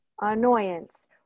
annoyance